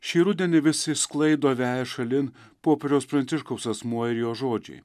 šį rudenį visi sklaido veja šalin popiežiaus pranciškaus asmuo ir jo žodžiai